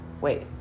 Wait